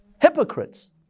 hypocrites